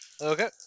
Okay